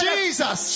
Jesus